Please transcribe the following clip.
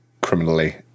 criminally